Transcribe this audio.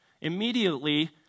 Immediately